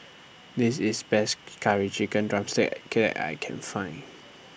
This IS Best Curry Chicken Drumstick I Can Find